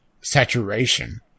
saturation